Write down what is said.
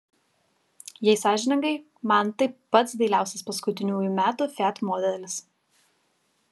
jei sąžiningai man tai pats dailiausias paskutiniųjų metų fiat modelis